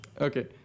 okay